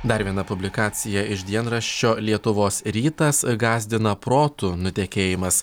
dar viena publikacija iš dienraščio lietuvos rytas gąsdina protų nutekėjimas